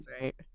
right